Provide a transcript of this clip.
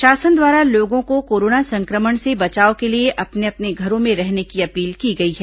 प्रशासन द्वारा लोगों को कोरोना संक्रमण से बचाव के लिए अपने अपने घरों में रहने की अपील की गई है